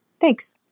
Thanks